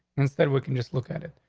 instead, we can just look at it.